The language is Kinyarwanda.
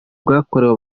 bwakorewe